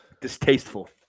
distasteful